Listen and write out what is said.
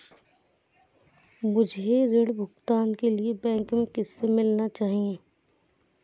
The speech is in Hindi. मुझे ऋण भुगतान के लिए बैंक में किससे मिलना चाहिए?